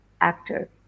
actor